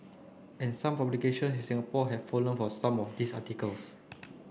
and some publications in Singapore have fallen for some of these articles